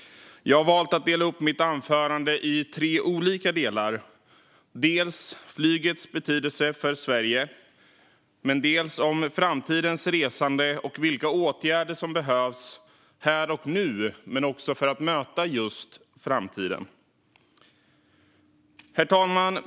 Jag har valt att dela upp mitt anförande i tre delar: flygets betydelse för Sverige, framtidens resande och vilka åtgärder som behövs här och nu men också för att möta framtiden. Herr talman!